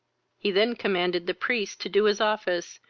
he then commanded the priest to do his office,